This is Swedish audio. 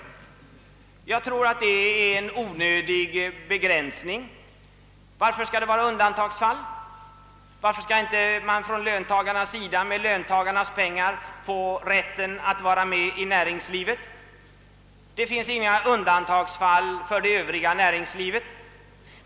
Jag tror att det är en onödig begränsning. Varför skall det vara i undantagsfall? Varför skall inte löntagarna få rätt att med sina pengar vara med i näringslivet? Det finns inga undantagsfall för det övriga näringslivet.